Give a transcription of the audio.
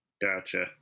Gotcha